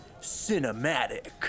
cinematic